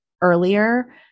earlier